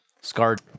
Scarred